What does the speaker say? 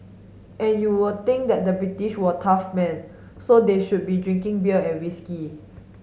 and you would think that the British were tough men so they should be drinking beer and whisky